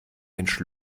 mensch